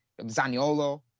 Zaniolo